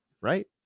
right